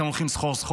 אתם הולכים סחור-סחור.